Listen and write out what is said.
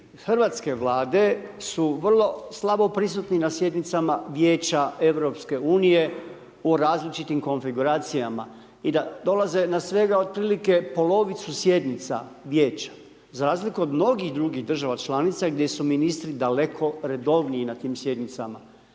hrvatske Vlade su vrlo slabo prisutni na sjednicama Vijeća EU u različitim konfiguracijama i da dolaze na svega otprilike polovicu sjednica Vijeća za razliku od mnogih drugih država članica gdje su ministri daleko redovniji na tim sjednicama.